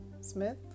Smith